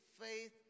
faith